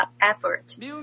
effort